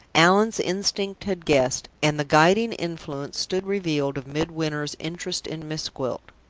allan's instinct had guessed, and the guiding influence stood revealed of midwinter's interest in miss gwilt.